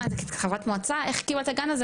מה כי את חברת מועצה איך קיבלת הגן הזה?